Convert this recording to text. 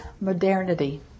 modernity